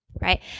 Right